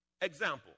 Example